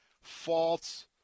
false